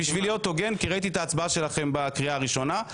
כי ראיתי את ההצבעה שלכם בקריאה הראשונה.